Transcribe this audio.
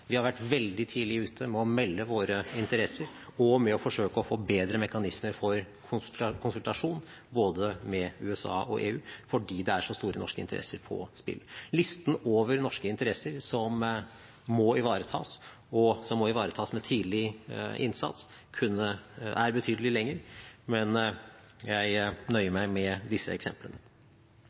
Vi har vært veldig tidlig ute med å melde våre interesser og med å forsøke å få bedre mekanismer for konsultasjon både med USA og EU, fordi det står så store norske interesser på spill. Listen over norske interesser som må ivaretas – og som må ivaretas med tidlig innsats – er betydelig lengre, men jeg nøyer meg med disse eksemplene.